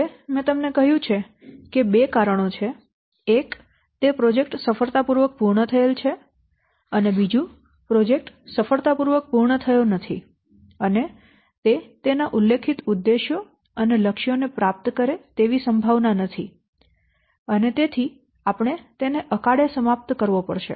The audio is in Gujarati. હવે મેં તમને કહ્યું છે કે બે કારણો છે એક તે પ્રોજેક્ટ સફળતાપૂર્વક પૂર્ણ થયેલ છે અને બીજુ પ્રોજેક્ટ સફળતાપૂર્વક પૂર્ણ થયો નથી અને તે તેના ઉલ્લેખિત ઉદ્દેશો અને લક્ષ્યોને પ્રાપ્ત કરે તેવી સંભાવના નથી અને તેથી આપણે તેને અકાળે સમાપ્ત કરવો પડશે